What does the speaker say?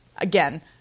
again